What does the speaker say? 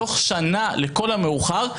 תוך שנה לכל המאוחר,